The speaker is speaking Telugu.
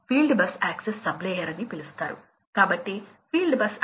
కాబట్టి నేను ఫ్యాన్ కర్వ్ కు తిరిగి వెళ్తున్నాను